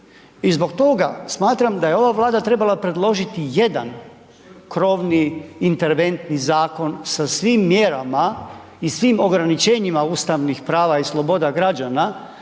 i zbog toga smatram da je ova Vlada trebala predložiti jedan krovni interventni zakon sa svim mjerama i svim ograničenjima ustavnih prava i sloboda građana